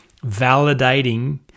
validating